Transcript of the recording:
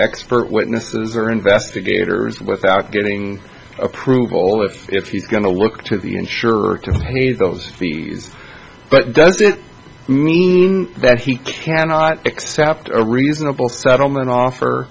expert witnesses or investigators without getting approval of if he's going to look to the insurer to pay those fees but does it mean that he cannot accept a reasonable settlement offer